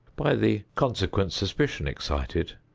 by the consequent suspicion excited,